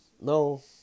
No